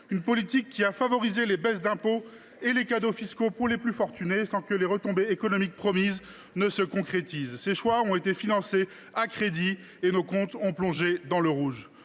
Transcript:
d’une politique qui a favorisé les baisses d’impôts et les cadeaux fiscaux pour les plus fortunés, sans que les retombées économiques promises se concrétisent. Ces orientations ont été financées à crédit et nos comptes ont plongé dans le rouge.